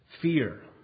fear